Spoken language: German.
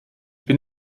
bin